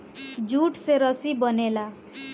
jute से रसरी बनेला